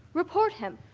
report him.